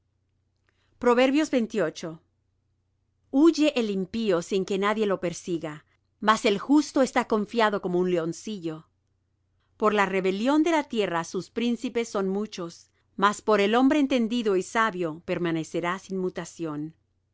tus criadas huye el impío sin que nadie lo persiga mas el justo está confiado como un leoncillo por la rebelión de la tierra sus príncipes son muchos mas por el hombre entendido y sabio permanecerá sin mutación